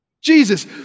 Jesus